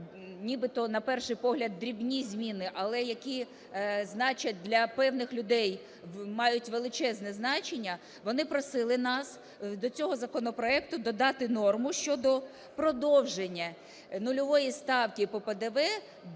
нібито, на перший погляд, дрібні зміни, але які значать для певних людей, мають величезне значення, вони просили нас до цього законопроекту додати норму щодо продовження нульової ставки по ПДВ